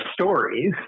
stories